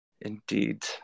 Indeed